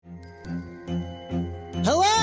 Hello